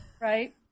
right